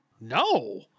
No